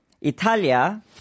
Italia